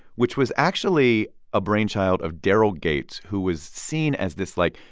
which was actually a brainchild of daryl gates, who was seen as this, like,